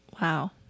Wow